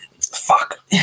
Fuck